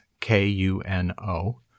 K-U-N-O